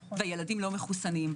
וילדים לא מחוסנים.